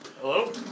Hello